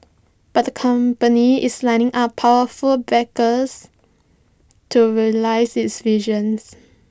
but the company is lining up powerful backers to realise its vision